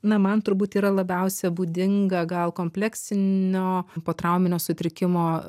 na man turbūt yra labiausia būdinga gal kompleksinio potrauminio sutrikimo